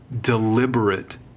deliberate